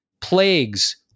plagues